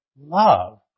love